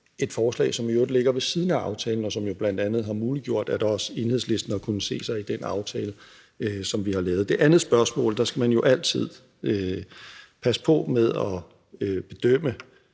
et forslag, som i øvrigt ligger ved siden af aftalen, og som jo bl.a. har muliggjort, at også Enhedslisten har kunnet se sig i den aftale, som vi har lavet. I forhold til det andet spørgsmål skal man jo altid passe på med at bedømme